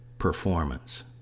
performance